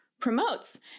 Promotes